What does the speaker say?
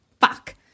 fuck